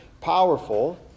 powerful